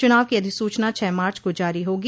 चुनाव की अधिसूचना छह मार्च को जारी होगी